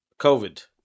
COVID